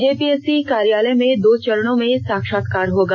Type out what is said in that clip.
JPSC कार्यालय में दो चरणों में साक्षात्कार होगा